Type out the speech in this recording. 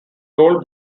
toll